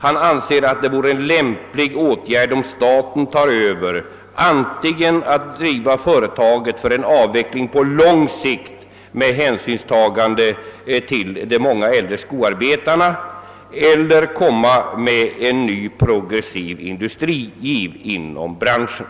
Han tycker att det vore lämpligt att staten tar över, antingen genom att driva företaget för avveckling på lång sikt med hänsyn till de många äldre skoarbetarna eller upprätta en ny progressiv industri inom branschen.